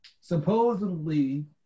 supposedly